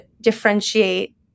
differentiate